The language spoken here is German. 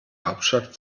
hauptstadt